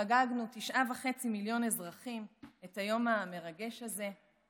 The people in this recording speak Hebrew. חגגנו תשעה וחצי מיליון אזרחים את היום המרגש הזה,